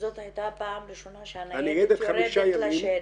זו הייתה הפעם הראשונה שהניידת יורדת לשטח,